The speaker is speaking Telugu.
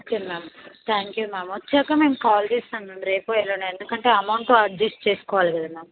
okay ma'am thank you ma'am వచ్చాక మేము కాల్ చేస్తాం మ్యామ్ రేపో ఎల్లుండో ఎందుకంటే అమౌంట్ అడ్జెస్ట్ చేసుకోవాలి కదా మ్యామ్